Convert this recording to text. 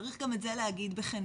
צריך גם את זה להגיד בכנות,